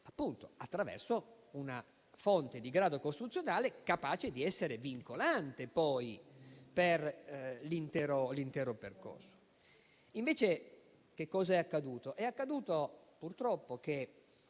attraverso una fonte di grado costituzionale capace di essere vincolante per l'intero percorso. Invece che cos'è accaduto?